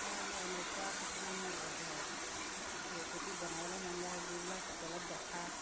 হয় মোৰ এনেকুৱা কিছুমান ৰেচিপি বনাবলৈ মন যায় যিবিলাক হোটেলত দেখা